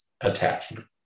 attachment